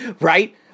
Right